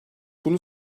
bunu